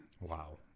wow